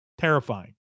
Terrifying